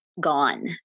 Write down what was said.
gone